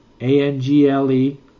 A-N-G-L-E